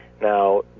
Now